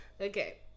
Okay